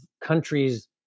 countries